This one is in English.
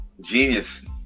Genius